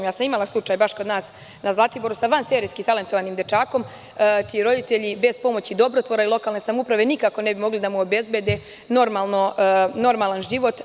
Imala sam slučaj kod nas na Zlatiboru sa vanserijski talentovanim dečakom čiji roditelji bez pomoći dobrotvora i lokalne samouprave nikako ne bi mogli da mu obezbede normalan život.